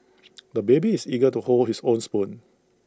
the baby is eager to hold his own spoon